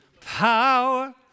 power